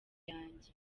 yanjye